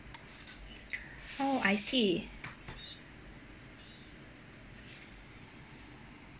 oh I see